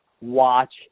watch